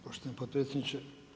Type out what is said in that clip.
Poštovani potpredsjedniče.